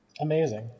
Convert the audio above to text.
amazing